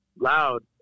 loud